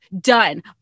Done